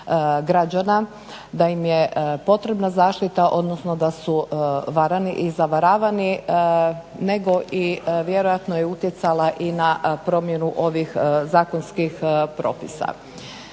građana da im je potrebna zaštita odnosno da su varani i zavaravani nego i vjerojatno je utjecala i na promjenu ovih zakonskih propisa.